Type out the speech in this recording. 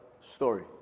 story